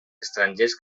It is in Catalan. estrangers